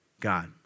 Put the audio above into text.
God